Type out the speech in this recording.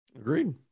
Agreed